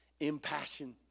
impassion